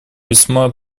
весьма